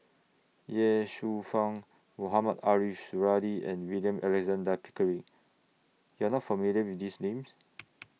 Ye Shufang Mohamed Ariff Suradi and William Alexander Pickering YOU Are not familiar with These Names